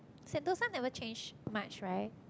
Sentosa never change much right